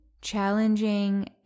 challenging